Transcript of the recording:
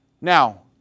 Now